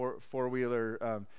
four-wheeler